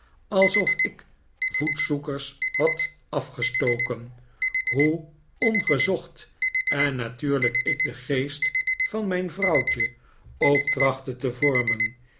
alsof ik voetzoekers had afgestoken hoe ongezocht en natuurlijk ik den geest van mijn vrouwtje ook trachtte te vormen